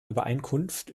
übereinkunft